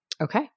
Okay